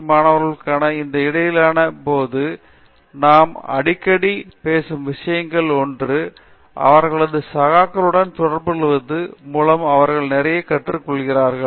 D மாணவர்களுக்கான இந்த இடைவேளையின் போது நாம் அடிக்கடி பேசும் விஷயங்களில் ஒன்று அவர்களது சகாக்களுடன் தொடர்புகொள்வதன் மூலம் அவர்கள் நிறைய கற்றுக்கொள்கிறார்கள்